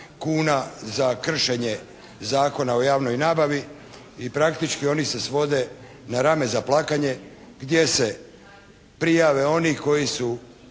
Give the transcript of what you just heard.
za kršenje Zakona o javnoj nabavi i praktički oni se svode na rame za plakanje gdje se prijave oni koji su